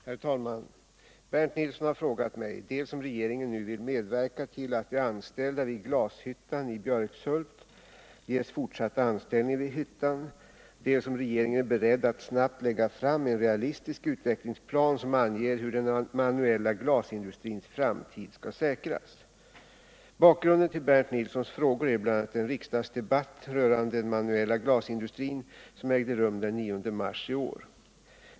Herr talman! Bernt Nilsson har frågat mig dels om regeringen nu vill medverka till att de anställda vid glashyttan i Björkshult ges fortsatt anställning vid hyttan, dels om regeringen är beredd att snabbt lägga fram en realistisk utvecklingsplan som anger hur den manuella glasindustrins framtid skall säkras. Bakgrunden till Bernt Nilssons frågor är bl.a. den riksdagsdebatt rörande den manuella glasindustrin som ägde rum den 9 mars i år.